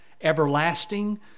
everlasting